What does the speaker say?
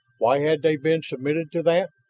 why had they been submitted to that?